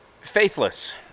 Faithless